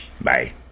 Bye